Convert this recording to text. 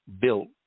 built